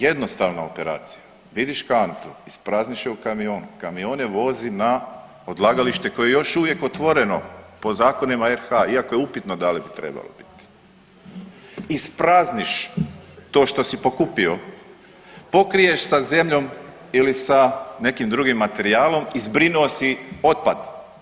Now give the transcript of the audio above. Jednostavna operaciju, vidiš kantu, isprazniš je u kamion, kamion je vozi na odlagalište koje je još uvijek otvoreno po zakonima RH iako je upitno da li bi trebalo bit, isprazniš to što si pokupio, pokriješ sa zemljom ili se nekim drugim materijalom i zbrinuo si otpad.